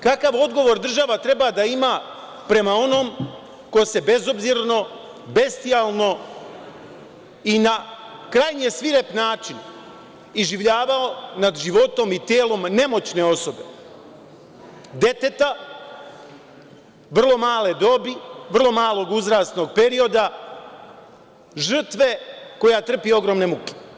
Kakav odgovor država treba da ima prema onome ko se bezobzirno, bestijalno i na krajnje svirep način iživljavao nad životom i telom nemoćne osobe, deteta, vrlo male dobi, vrlo malog uzrasnog perioda, žrtve koja trpi ogromne muke?